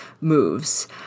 moves